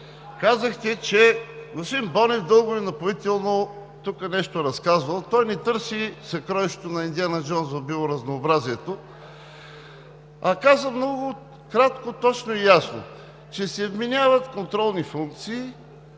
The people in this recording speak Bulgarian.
Казахте, че господин Бонев дълго и напоително тук нещо разказвал. Той не търси съкровището на Индиана Джоунс в биоразнообразието, а каза много кратко, точно и ясно, че се вменяват контролни функции